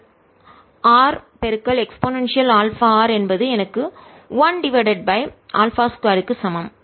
இதன் r e αr என்பது எனக்கு 1 டிவைடட் பை α 2 க்கு சமம்